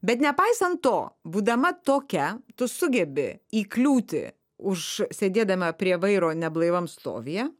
bet nepaisant to būdama tokia tu sugebi įkliūti už sėdėdama prie vairo neblaivam stovyje